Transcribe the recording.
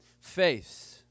Faith